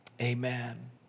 amen